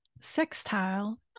sextile